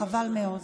חבל מאוד.